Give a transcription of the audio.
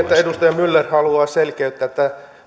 että edustaja myller haluaa selkeyttää